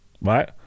right